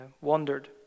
wandered